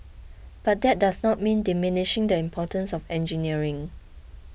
but that does not mean diminishing the importance of engineering